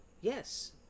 yes